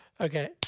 Okay